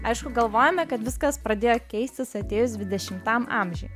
aišku galvojame kad viskas pradėjo keistis atėjus dvidešimtam amžiui